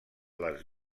les